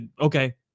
okay